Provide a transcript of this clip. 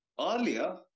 Earlier